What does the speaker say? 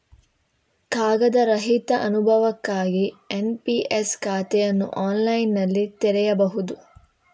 ಕಾಗದ ರಹಿತ ಅನುಭವಕ್ಕಾಗಿ ಎನ್.ಪಿ.ಎಸ್ ಖಾತೆಯನ್ನು ಆನ್ಲೈನಿನಲ್ಲಿ ತೆರೆಯಬಹುದು